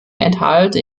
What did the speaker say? enthalte